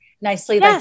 nicely